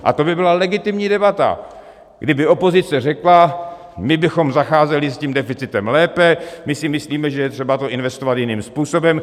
A to by byla legitimní debata, kdyby opozice řekla, my bychom zacházeli s tím deficitem lépe, my si myslíme, že je třeba to investovat jiným způsobem.